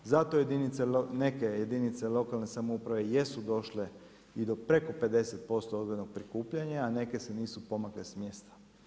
Zato jedinice, neke jedinice lokalne samouprave jesu došle i do preko 50% odvojenog prikupljanja, a neke se nisu pomakle s mjesta.